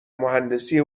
مهندسی